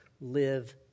live